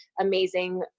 amazing